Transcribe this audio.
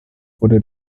wurde